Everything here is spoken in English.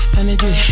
energy